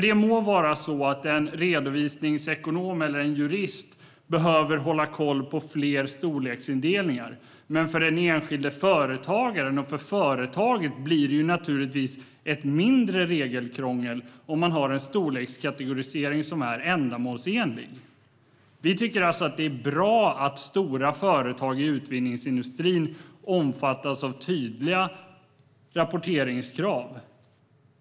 Det må vara så att en redovisningsekonom eller en jurist behöver hålla koll på fler storleksindelningar, men för enskilda företagare och företag blir det naturligtvis mindre regelkrångel om man har en storlekskategorisering som är ändamålsenlig. Vi tycker alltså att det är bra att stora företag i utvinningsindustrin omfattas av tydliga rapporteringskrav.